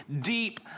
deep